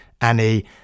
Annie